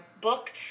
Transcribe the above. book